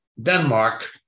Denmark